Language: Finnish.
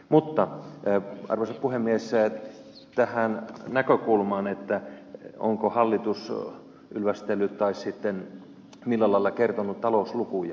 mutta arvoisa puhemies tähän näkökulmaan onko hallitus ylvästellyt tai sitten millä lailla kertonut talouslukuja